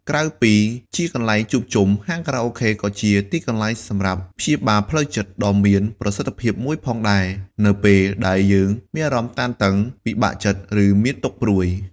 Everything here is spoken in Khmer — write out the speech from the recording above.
ក្រៅពីជាកន្លែងជួបជុំ ហាងខារ៉ាអូខេក៏ជា ទីកន្លែងសម្រាប់ព្យាបាលផ្លូវចិត្ត ដ៏មានប្រសិទ្ធភាពមួយផងដែរ នៅពេលដែលយើងមានអារម្មណ៍តានតឹង ពិបាកចិត្ត ឬមានទុក្ខព្រួយ។